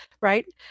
right